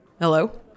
Hello